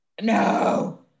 no